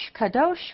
Kadosh